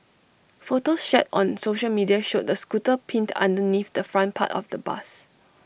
photos shared on social media showed the scooter pinned underneath the front part of the bus